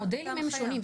המודלים הם שונים.